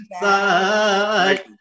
side